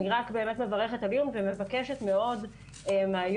לכן אני מברכת על הדיון ומבקשת מאוד מהיו"ר,